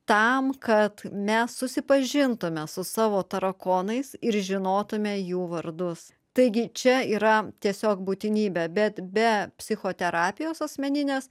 tam kad mes susipažintume su savo tarakonais ir žinotume jų vardus taigi čia yra tiesiog būtinybė bet be psichoterapijos asmeninės